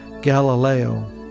Galileo